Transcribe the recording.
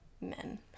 men